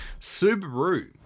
Subaru